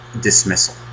dismissal